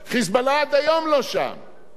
ועל "חמאס" דיברו כתנועה דתית.